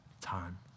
time